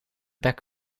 back